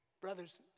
Brothers